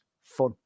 fun